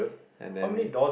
and then